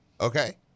Okay